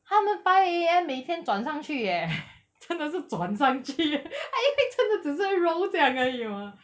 他们 five A_M 每天转上去 eh 真的是转上去 eh 他也是会真的只是在 roll 下可以吗